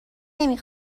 نمی